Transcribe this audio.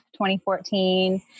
2014